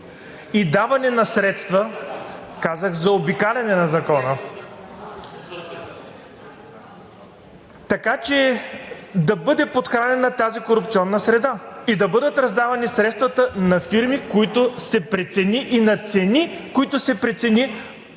и даване на средства (реплики) – казах „заобикаляне на Закона“, така че да бъде подхранена тази корупционна среда и да бъдат раздавани средствата на фирми, които се прецени, и на цени, които се прецени,